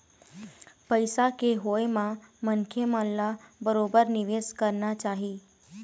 पइसा के होय म मनखे मन ल बरोबर निवेश करना चाही